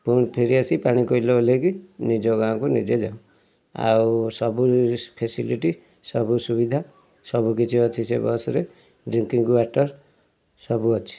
ପୁଣି ଫେରି ଆସି ପାଣି କୋଇଲିରେ ଓହ୍ଲେଇକି ନିଜ ଗାଁକୁ ନିଜେ ଯାଉ ଆଉ ସବୁ ଫେସିଲିଟି ସବୁ ସୁବିଧା ସବୁ କିଛି ଅଛି ସେ ବସ୍ରେ ଡ୍ରିଙ୍କିଙ୍ଗ୍ ୱାଟର୍ ସବୁ ଅଛି